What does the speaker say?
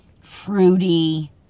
fruity